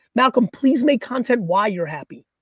malcolm, please make content why you're happy,